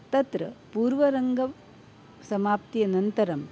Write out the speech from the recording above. तत्र पूर्वरङ्गं समाप्त्यनन्तरं